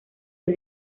los